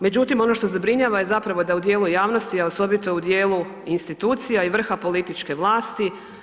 Međutim, ono što zabrinjava je zapravo da u dijelu javnosti, a osobito u dijelu institucija i vrha političke vlasti.